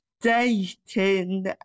dating